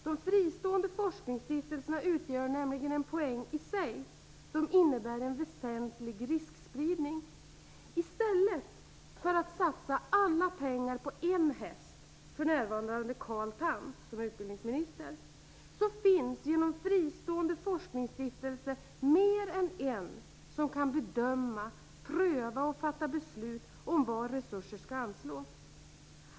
De fristående forskningsstiftelserna utgör nämligen en poäng i sig: de innebär en väsentlig riskspridning. I stället för att satsa alla pengar på en häst - för närvarande Carl Tham, som är utbildningsminister - finns genom fristående forskningsstiftelserna mer än en som kan bedöma, pröva och fatta beslut om var resurser skall anslås.